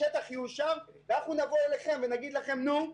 השטח יאושר ונבוא אליכם ונגיד לכם: נו,